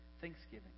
thanksgiving